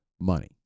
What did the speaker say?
money